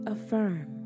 Affirm